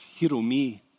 Hiromi